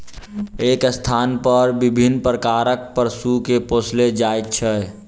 एक स्थानपर विभिन्न प्रकारक पशु के पोसल जाइत छै